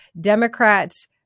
Democrats